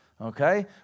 okay